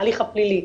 ההליך הפלילי,